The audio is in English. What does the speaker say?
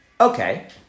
Okay